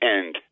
end